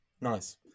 Nice